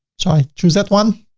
so i choose that one.